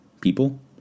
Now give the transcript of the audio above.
people